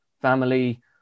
family